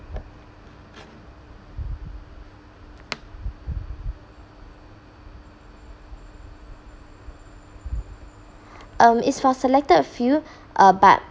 um it's for selected field uh but